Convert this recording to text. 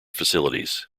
facilities